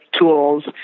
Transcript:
tools